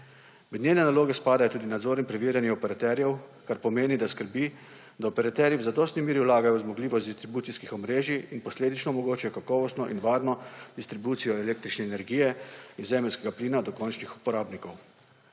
Med njene naloge spadajo tudi nadzor in preverjanje operaterjev, kar pomeni, da skrbi, da operaterji v zadostni meri vlagajo v zmogljivost distribucijskih omrežij in posledično omogočajo kakovostno in varno distribucijo električne energije in zemeljskega plina do končnih uporabnikov.